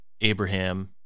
Abraham